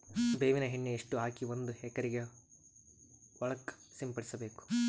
ಬೇವಿನ ಎಣ್ಣೆ ಎಷ್ಟು ಹಾಕಿ ಒಂದ ಎಕರೆಗೆ ಹೊಳಕ್ಕ ಸಿಂಪಡಸಬೇಕು?